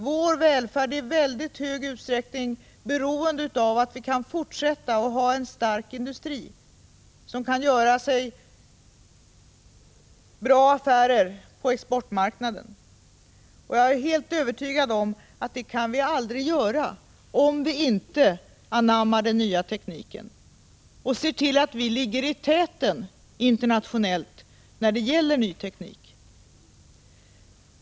Vår välfärd är i mycket hög grad beroende av att vi kan fortsätta att ha en stark industri som kan göra bra affärer på exportmarknaden. Jag är helt övertygad om att vi aldrig kan göra det om vi inte anammar den nya tekniken och ser till att vi ligger i täten internationellt när det gäller den nya tekniken.